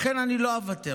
לכן לא אוותר.